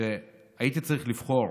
כשהייתי צריך לבחור